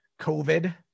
COVID